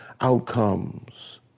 outcomes